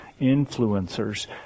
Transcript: influencers